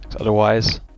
Otherwise